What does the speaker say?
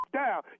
down